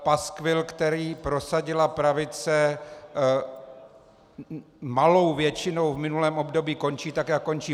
Paskvil, který prosadila pravice malou většinou v minulém období, končí tak, jak končí.